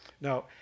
Now